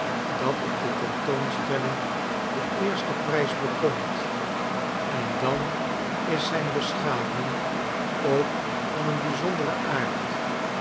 dat op de tentoonstelling den eersten prijs bekomt en dan is zijn beschaving ook van een bizonderen aard